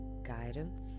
guidance